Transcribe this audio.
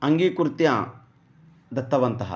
अङ्गीकृत्य दत्तवन्तः